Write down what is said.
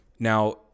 Now